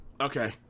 Okay